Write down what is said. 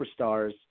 superstars